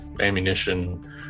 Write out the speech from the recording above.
ammunition